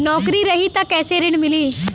नौकरी रही त कैसे ऋण मिली?